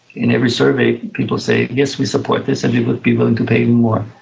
in every survey people say, yes, we support this and we would be willing to pay even more.